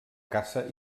caça